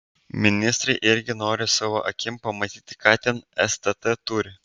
ministrai irgi nori savo akim pamatyti ką ten stt turi